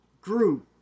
group